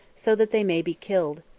so that they may be killed.